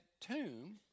tomb